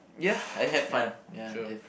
ya I had fun ya I had fun